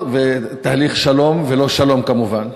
ותהליך שלום ולא-שלום, כמובן.